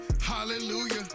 hallelujah